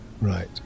Right